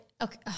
okay